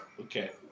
Okay